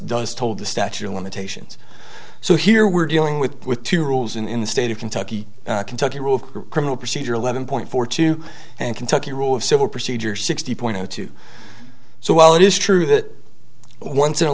does told the statute of limitations so here we're dealing with with two rules in the state of kentucky kentucky rule of criminal procedure eleven point four two and kentucky rule of civil procedure sixty point two so while it is true that once an